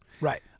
right